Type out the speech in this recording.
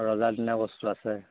ৰজাদিনীয়া বস্তু আছে